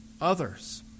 others